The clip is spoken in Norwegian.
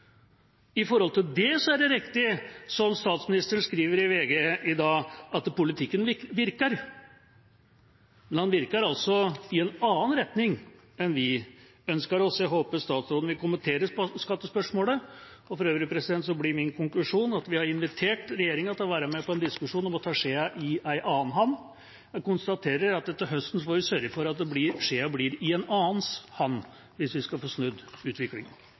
Det er riktig som statsministeren skriver i VG i dag, at politikken virker. Men den virker altså i en annen retning enn vi ønsker oss. Jeg håper statsråden vil kommentere skattespørsmålet. For øvrig blir min konklusjon at vi har invitert regjeringa til å være med på en diskusjon om å ta skjea i en annen hånd. Jeg konstaterer at til høsten må vi sørge for at skjea blir i en annens hånd hvis vi skal få snudd utviklingen.